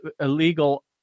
illegal